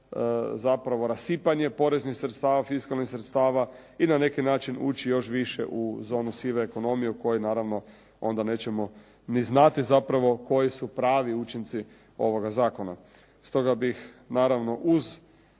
zapravo rasipanje poreznih sredstava, fiskalnih sredstava i na neki način ući još više u zonu sive ekonomije u kojoj naravno onda nećemo ni znati zapravo koji su pravi učinci ovoga zakona. Stoga bih naravno uz